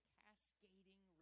cascading